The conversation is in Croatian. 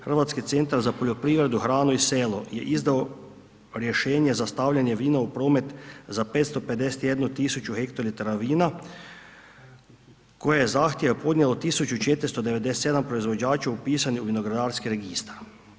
Hrvatski centar za poljoprivredu, hranu i selo je izdao rješenje za stavljanje vina u promet za 551000 hektolitara vina koje je zahtjeve podnijelo 1497 proizvođača upisanih u vinogradarski registar.